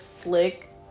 flick